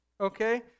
Okay